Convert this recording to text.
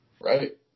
Right